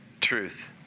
truth